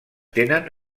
tenen